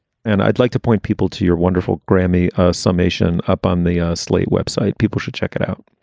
and i'd like to point people to your wonderful grammy summation up on the slate web site people should check it out.